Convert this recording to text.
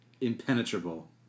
impenetrable